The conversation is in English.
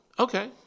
Okay